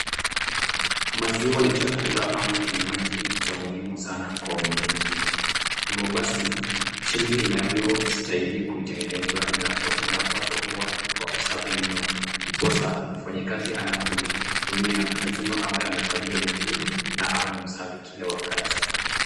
Maziwa ni chakula ama kinywaji cha muhimu sana kwa wenyeji, hivo basi jinzi inavyo stahili kutengenezwa inapaswa kuwa wa usafi mno ndiposa mfanyikazi anapoitumia lazima awe amefanyia vizuri na awe msafi kila wakati.